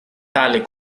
tale